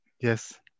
Yes